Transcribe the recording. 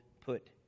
put